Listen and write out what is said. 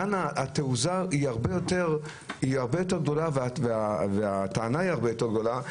כאן התעוזה היא הרבה יותר גדולה והטענה היא הרבה יותר גדולה.